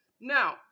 Now